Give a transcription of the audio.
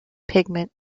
pigment